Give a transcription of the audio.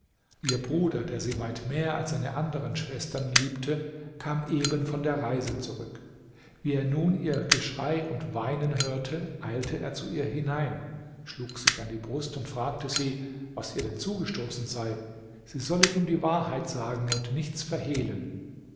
ihr bruder der sie weit mehr als seine anderen schwestern liebte kam eben von der reise zurück wie er nun ihr geschrei und weinen hörte eilte er zu ihr hinein schlug sich an die brust und fragte sie was ihr denn zugestoßen sei sie solle ihm die wahrheit sagen und nichts verhehlen